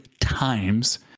times